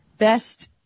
best